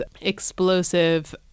explosive